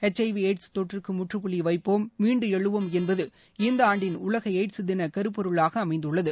H I V AIDS தொற்றுக்கு முற்றுபுள்ளி வைப்போம் மீண்டெழுவோம் என்பது இந்த ஆண்டின் உலக எய்ட்ஸ் தின கருப்பொருளாக அமைந்துள்ளது